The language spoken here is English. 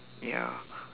ya